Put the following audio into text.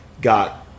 got